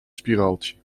spiraaltje